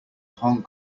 hong